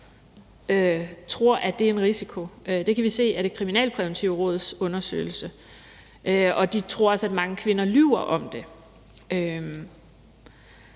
tror, at det er en risiko – det kan vi se af Det Kriminalpræventive Råds undersøgelse – og de tror også, at mange kvinder lyver om det.